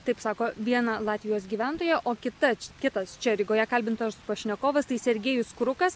taip sako viena latvijos gyventoja o kita kitas čia rygoje kalbintas pašnekovas tai sergejus krukas